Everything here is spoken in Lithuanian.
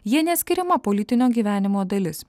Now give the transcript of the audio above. ji neatskiriama politinio gyvenimo dalis